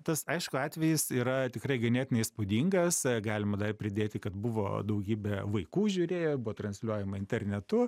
tas aišku atvejis yra tikrai ganėtinai įspūdingas galima dar pridėti kad buvo daugybė vaikų žiūrėjo buvo transliuojama internetu